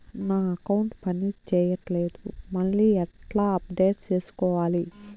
నా అకౌంట్ పని చేయట్లేదు మళ్ళీ ఎట్లా అప్డేట్ సేసుకోవాలి?